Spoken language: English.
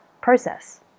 process